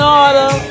order